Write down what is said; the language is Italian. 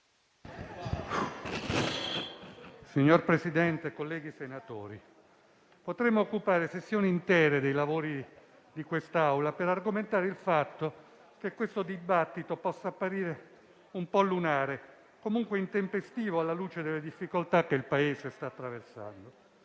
Signor Presidente, colleghi senatori, potremmo occupare sessioni intere dei lavori dell'Assemblea per argomentare il fatto che il presente dibattito possa apparire un po' lunare, o comunque intempestivo, alla luce delle difficoltà che il Paese sta attraversando: